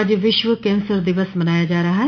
आज विश्व कैंसर दिवस मनाया जा रहा है